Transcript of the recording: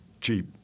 cheap